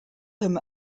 him